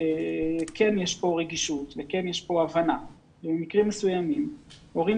כן יש כאן רגישות כן יש כאן הבנה שבמקרים מסוימים הורים